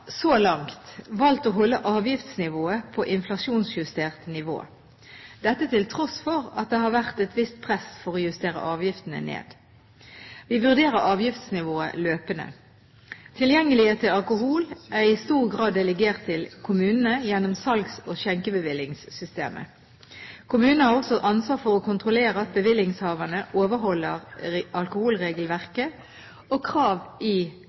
å holde avgiftsnivået på inflasjonsjustert nivå, dette til tross for at det har vært et visst press for å justere avgiftene ned. Vi vurderer avgiftsnivået løpende. Tilgjengelighet til alkohol er i stor grad delegert til kommunene gjennom salgs- og skjenkebevillingssystemet. Kommunene har også ansvar for å kontrollere at bevillingshaverne overholder alkoholregelverket og krav i